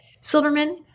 Silverman